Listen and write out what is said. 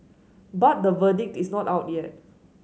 but the verdict is not out yet